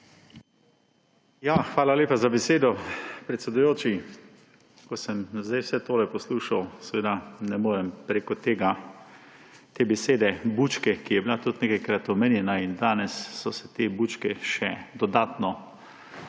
Hvala lepa za besedo, predsedujoči. Ko sem zdaj vse tole poslušal, seveda ne morem preko tega, te besede »bučke«, ki je bila tudi nekajkrat omenjena in danes so se te bučke še dodatno